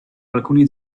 alcuni